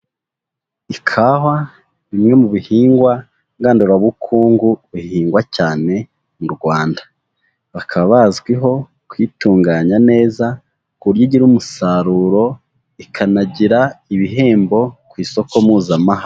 Ikawa ni bimwe mu bihingwa ngandurabukungu bihingwa cyane mu Rwanda, bakaba bazwiho kuyitunganya neza, ku buryo igira umusaruro ikanagira ibihembo ku isoko Mpuzamahanga.